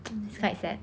mm K lah